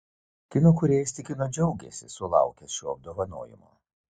kino kūrėjas tikino džiaugiasi sulaukęs šio apdovanojimo